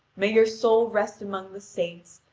may your soul rest among the saints,